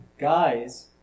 guys